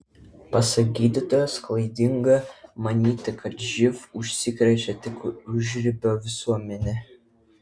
pasak gydytojos klaidinga manyti kad živ užsikrečia tik užribio visuomenė